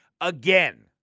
again